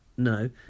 No